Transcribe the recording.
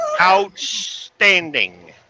Outstanding